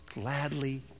gladly